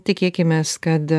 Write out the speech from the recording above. tikėkimės kad